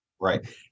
Right